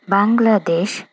Bangladesh